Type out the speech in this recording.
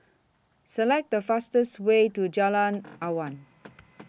Select The fastest Way to Jalan Awan